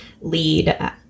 lead